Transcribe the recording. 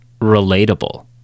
relatable